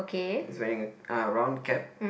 he's wearing a ah round cap